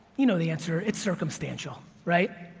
you know the answer, it's circumstantial. right,